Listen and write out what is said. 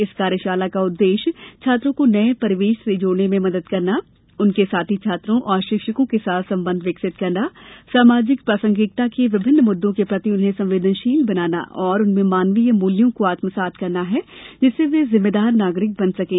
इस कार्यशाला का उद्देश्य छात्रों को नये परिवेश से जुड़ने में मदद करना उनके साथी छात्रों और शिक्षकों के साथ संबंध विकसित करना सामाजिक प्रासंगिकता के विभिन्न मुद्दों के प्रति उन्हें संवेदनशील बनाना और उनमें मानवीय मूल्यों को आत्मसात करना है जिससे वे जिम्मेदार नागरिक बन सकें